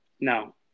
no